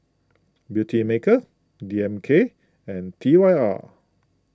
Beautymaker D M K and T Y R